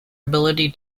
ability